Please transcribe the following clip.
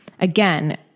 Again